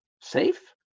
safe